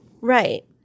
Right